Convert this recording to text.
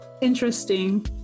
interesting